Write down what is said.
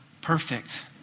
perfect